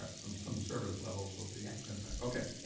right, some some service levels will be impacted. okay, yeah